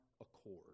accord